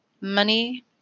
money